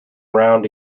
round